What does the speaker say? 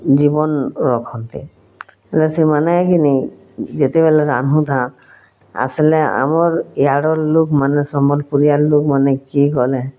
ଜୀବନ ରଖନ୍ତି ସେମାନେ ଏଇଖିନି ଯେତେବେଲେ ଆସିଲା ଆମର୍ ୟାଡ଼୍ର ଲୋକ ମାନେ ସମ୍ୱଲପୁରୀଆ ଲୋକମାନେ କି ଗଲେ